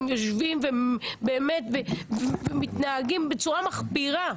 הם יושבים ומתנהגים בצורה מחפירה.